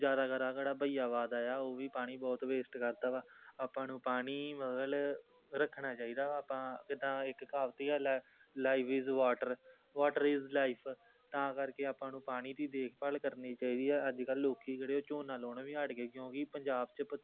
ਜ਼ਿਆਦਾਤਰ ਆਹ ਕਿਹੜਾ ਭਈਆ ਵਾਦ ਆ ਉਹ ਵੀ ਪਾਣੀ ਬਹੁਤ ਵੇਸਟ ਕਰਦਾ ਵਾ ਆਪਾਂ ਨੂੰ ਪਾਣੀ ਮਤਲਬ ਰੱਖਣਾ ਚਾਹੀਦਾ ਵਾ ਆਪਾਂ ਜਿੱਦਾਂ ਇੱਕ ਕਹਾਵਤੀ ਗੱਲ ਹੈ life is water water is life ਤਾਂ ਕਰਕੇ ਆਪਾਂ ਨੂੰ ਪਾਣੀ ਦੀ ਦੇਖਭਾਲ ਕਰਨੀ ਚਾਹੀਦੀ ਆ ਅੱਜ ਕੱਲ੍ਹ ਲੋਕ ਜਿਹੜੇ ਝੋਨਾ ਲਾਉਣੋ ਵੀ ਹਟ ਗਏ ਕਿਉਂਕਿ ਪੰਜਾਬ 'ਚ